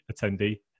attendee